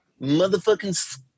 motherfucking